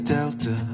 Delta